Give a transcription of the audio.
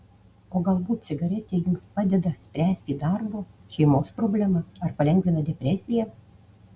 o galbūt cigaretė jums padeda spręsti darbo šeimos problemas ar palengvina depresiją